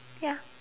ya